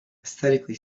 aesthetically